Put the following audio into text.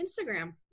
Instagram